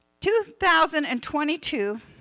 2022